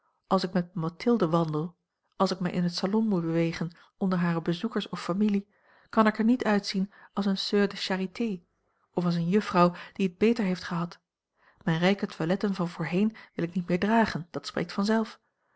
als ik met mathilde wandel als ik mij in het salon moet bewegen onder hare bezoekers of familie kan ik er niet uitzien als eene soeur de charité of als eene juffrouw die het beter heeft gehad mijne rijke toiletten van voorheen wil ik niet meer dragen dat spreekt